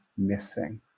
missing